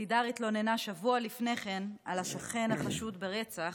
לידר התלוננה שבוע לפני כן על השכן, החשוד ברצח,